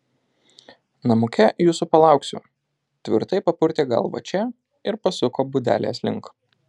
namuke jūsų palauksiu tvirtai papurtė galvą če ir pasuko būdelės link